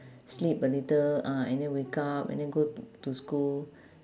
sleep a little ah and then wake up and then go to school